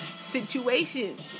situations